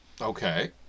Okay